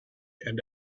and